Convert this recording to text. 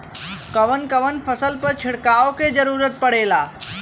कवन कवन फसल पर छिड़काव के जरूरत पड़ेला?